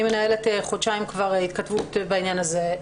אני מנהלת חודשיים התכתבות בעניין הזה,